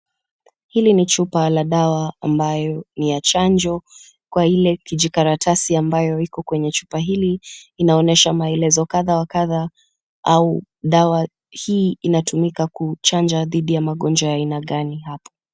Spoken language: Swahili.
Hili ni chupa la dawa ambayo ni ya chanjo kwa ile kijikaratasi ambayo iko kwenye chupa hili inaonyesha maelezo kadha wa kadha au dawa hii inatumika dhidi kuchanja dhidi ya magonjwa gani hapa.